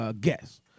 guest